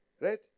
Right